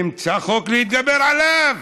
נמצא חוק להתגבר עליו.